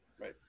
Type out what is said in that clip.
Right